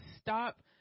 stop